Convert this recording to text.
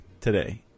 today